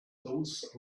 those